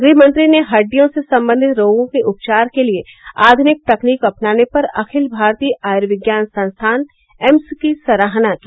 गृहमंत्री ने हड्डियों से संबंधित रोगों के उपचार के लिए आध्निक तकनीक अपनाने पर अखिल भारतीय आयुर्विज्ञान संस्थान एम्स की सराहना की